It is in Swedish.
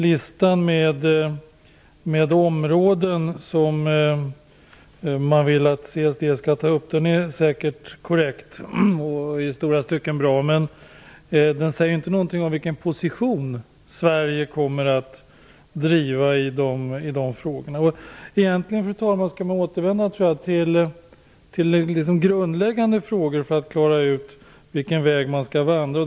Listan med områden som man vill att CSD skall ta upp är säkert korrekt och i stora stycken bra. Men den säger inte någonting om vilken position Sverige kommer att inta i dessa frågor. Fru talman! Man bör återvända till de grundläggande frågorna för att klara ut vilken väg man skall vandra.